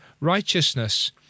righteousness